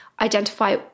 identify